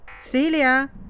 Celia